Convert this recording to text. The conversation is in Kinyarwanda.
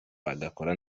bagakora